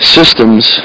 systems